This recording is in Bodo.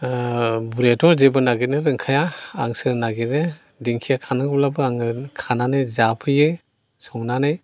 बुरैयाथ' जेबो नागिरनो रोंखाया आंसो नागिरो दिंखिया खानांगौब्लाबो आंनो खानानै जाफैयो संनानै